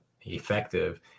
effective